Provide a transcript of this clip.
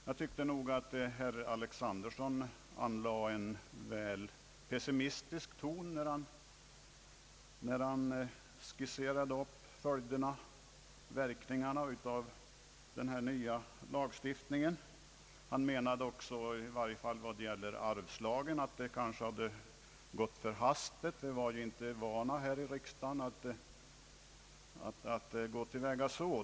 Jag anser att herr Alexanderson anslog en väl pessimistisk ton när han skisserade verkningarna av den nya lagstiftningen. Han menade också — i varje fall beträffande arvslagen — att lagstiftningen kanske hade gått för snabbt. Vi var ju inte vana här i riksdagen att gå till väga på det sättet, menade han.